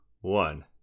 one